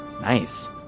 Nice